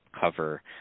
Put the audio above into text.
cover